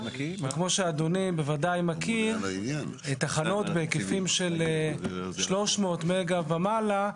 וכמו שאדוני בוודאי מכיר את תחנות בהיקפים של 300 מגה ומעלה,